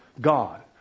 God